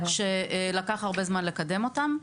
-- שלקח הרבה זמן לקדם אותן,